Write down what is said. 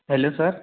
hello sir